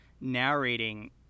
narrating